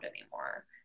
anymore